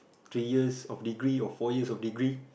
three years of degree or four years of degree